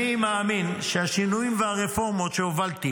אני מאמין שהשינויים והרפורמות שהובלתי